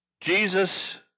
Jesus